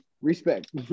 Respect